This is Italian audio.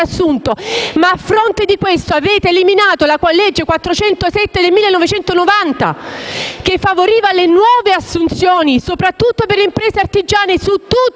Ma a fronte di questo avete eliminato la legge n. 407 del 1990 che favoriva le nuove assunzioni, soprattutto per le imprese artigiane su tutto il territorio